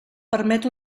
permet